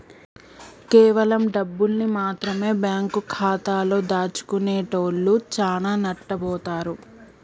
కేవలం డబ్బుల్ని మాత్రమె బ్యేంకు ఖాతాలో దాచుకునేటోల్లు చానా నట్టబోతారు